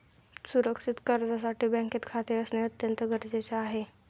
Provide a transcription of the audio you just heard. सुरक्षित कर्जासाठी बँकेत खाते असणे अत्यंत गरजेचे आहे